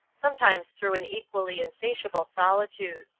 sometimes through an equally insatiable solitude.